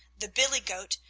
the billy-goat,